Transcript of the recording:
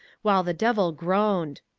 while the devil groaned.